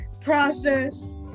process